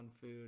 food